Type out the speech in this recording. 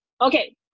okay